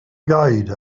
guide